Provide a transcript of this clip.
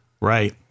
Right